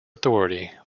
authority